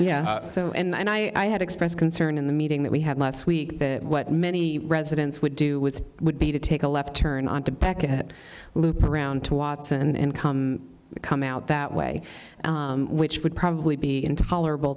yeah and i had expressed concern in the meeting that we had last week that what many residents would do with it would be to take a left turn on to back at loop around to watson and come come out that way which would probably be intolerable